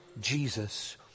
Jesus